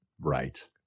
Right